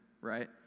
right